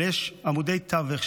אבל יש עמודי תווך,